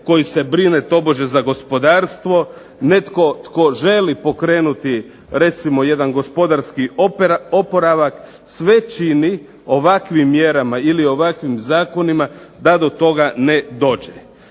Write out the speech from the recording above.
koji se brine tobože za gospodarstvo, netko tko želi pokrenuti recimo jedan gospodarski oporavak sve čini ovakvim mjerama ili ovakvim zakonima da do toga ne dođe.